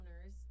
owners